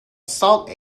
sought